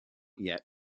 yet